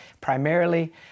primarily